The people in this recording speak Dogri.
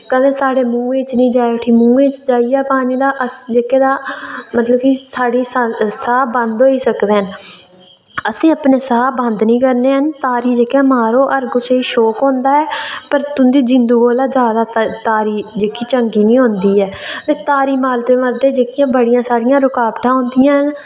कदेंं साढ़े मुंहै च निं जाए उठी मुहैं च जाइयै पानी अस जेह्के तां मतलब कि साढ़े साह् बंद होई सकदे न असें अपने साह् बंद निं करने हैन तारी जेह्के मारो हर कुसै गी शौंक होंदा ऐ पर तुं'दी जिंदू कोला जादा तारी निं जेह्की चंगी निं होंदी ऐ ते तारी मारदे मारदे जेह्कियां बड़ियां सारियां रकावटां औंदियां न